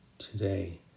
today